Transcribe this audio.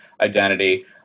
identity